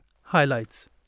highlights